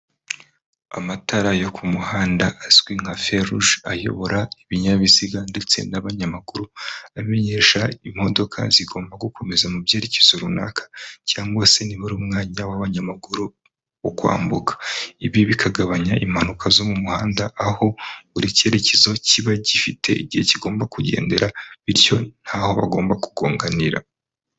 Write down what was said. Amatara yo ku muhanda azwi nka feruge ayobora ibinyabiziga ndetse n'abanyamakuru amenyesha imodoka zigomba gukomeza mu byerekezo runaka cyangwa se nibura umwanya w'abanyamaguru wokwambuka ibi bikagabanya impanuka zo mu muhanda aho buri cyerekezo kiba gifite igihe kigomba kugendera bityo ntaho bagomba kugoganira.